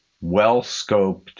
well-scoped